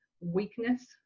Weakness